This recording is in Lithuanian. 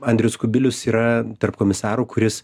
andrius kubilius yra tarp komisarų kuris